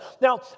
now